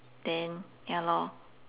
then ya lor